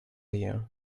you